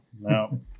no